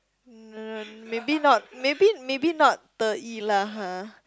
um no maybe not maybe maybe not Deyi lah !huh!